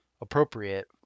appropriate